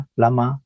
lama